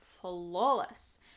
flawless